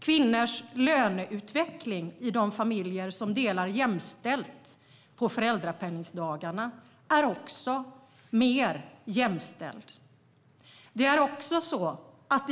Kvinnors löneutveckling är också mer jämställd i de familjer som delar jämställt på föräldrapenningdagarna.